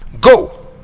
go